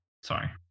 sorry